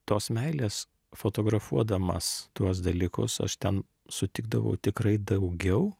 tos meilės fotografuodamas tuos dalykus aš ten sutikdavau tikrai daugiau